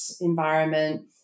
environment